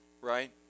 right